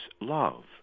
love